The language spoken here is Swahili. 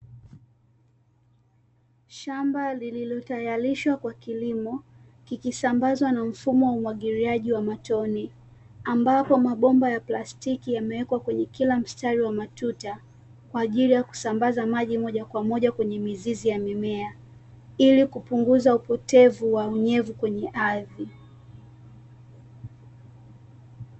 Shamba lililotayarishwa kwa kilimo kikisambazwa na mfumo wa umwagiliaji wa matone ambapo mabomba ya plastiki yamewekwa kwenye kila mstari wa matuta, kwa ajili ya kusambaza maji moja kwa moja kwenye mizizi ya mimea, ili kupunguza upotevu wa unyevu kwenye ardhi.